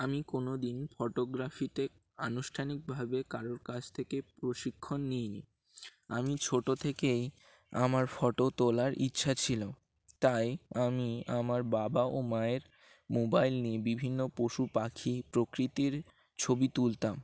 আমি কোনো দিন ফটোগ্রাফিতে আনুষ্ঠানিকভাবে কারোর কাছ থেকে প্রশিক্ষণ নিইনি আমি ছোটো থেকেই আমার ফটো তোলার ইচ্ছা ছিল তাই আমি আমার বাবা ও মায়ের মোবাইল নিয়ে বিভিন্ন পশু পাখি প্রকৃতির ছবি তুলতাম